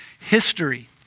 history